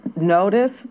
notice